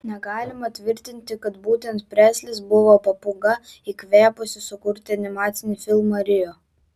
negalima tvirtinti kad būtent preslis buvo papūga įkvėpusi sukurti animacinį filmą rio